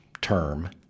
term